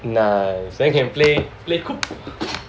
nice then can play play cook